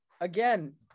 again